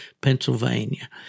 Pennsylvania